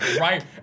Right